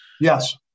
Yes